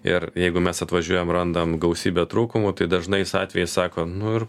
ir jeigu mes atvažiuojam randam gausybę trūkumų tai dažnais atvejais sako nu ir